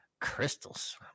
Crystals